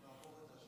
נעבור את זה.